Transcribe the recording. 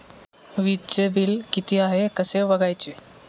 वीजचे बिल किती आहे कसे बघायचे?